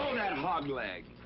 that hog-legg.